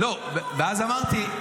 ואז אמרתי,